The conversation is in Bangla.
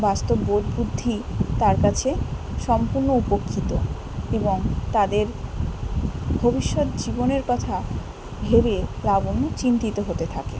বাস্তব বোধ বুদ্ধি তার কাছে সম্পূর্ণ উপক্ষিত এবং তাদের ভবিষ্যৎ জীবনের কথা ভেবে লাবণ্য চিন্তিত হতে থাকে